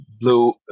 blue